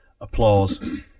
applause